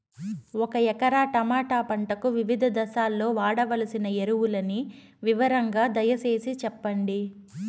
ఒక ఎకరా టమోటా పంటకు వివిధ దశల్లో వాడవలసిన ఎరువులని వివరంగా దయ సేసి చెప్పండి?